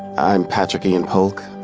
i'm patrik-ian polk.